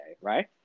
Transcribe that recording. right